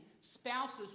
spouses